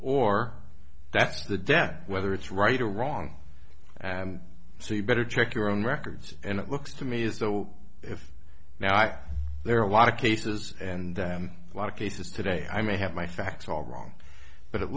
or that's the debt whether it's right or wrong and so you better check your own records and it looks to me is so if now i there are a lot of cases and a lot of cases today i may have my facts all wrong but it